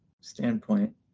standpoint